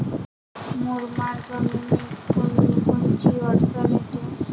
मुरमाड जमीनीत कोनकोनची अडचन येते?